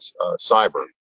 cyber